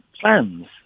plans